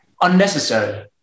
unnecessary